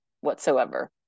whatsoever